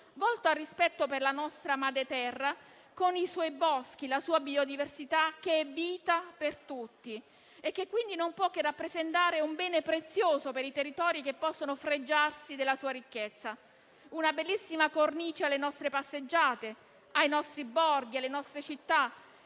volte al rispetto per la nostra madre Terra, con i suoi boschi e la sua biodiversità, che è vita per tutti e che, quindi, non può che rappresentare un bene prezioso per i territori che possono fregiarsi della sua ricchezza. Una bellissima cornice alle nostre passeggiate, ai nostri borghi, alle nostre città,